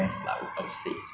let's say you have uh like